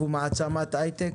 אנחנו מעצמת הייטק,